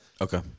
Okay